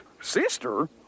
Sister